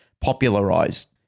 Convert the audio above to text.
popularized